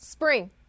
Spring